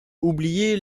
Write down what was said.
oubliés